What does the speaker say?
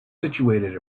situated